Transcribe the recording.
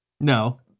No